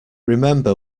remember